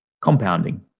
compounding